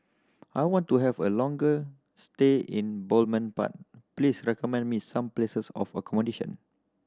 I want to have a longer stay in Belmopan please recommend me some places of accommodation